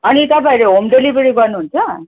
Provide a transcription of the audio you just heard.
अनि तपाईँहरू home delivery गर्नुहुन्छ